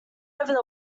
over